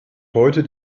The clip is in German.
heute